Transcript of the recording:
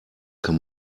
kann